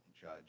judge